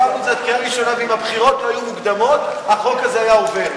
ואם הבחירות לא היו מוקדמות, החוק הזה היה עובר.